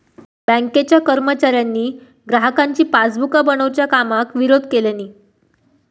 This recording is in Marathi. बँकेच्या कर्मचाऱ्यांनी ग्राहकांची पासबुका बनवच्या कामाक विरोध केल्यानी